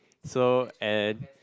so and